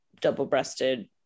double-breasted